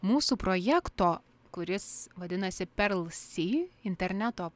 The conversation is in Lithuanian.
mūsų projekto kuris vadinasi perlsi interneto